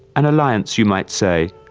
an alliance, you might say,